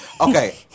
okay